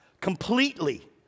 Completely